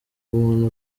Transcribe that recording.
umuntu